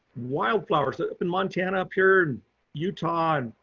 wildflowers that up in montana up here in utah, um